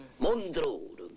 montrone,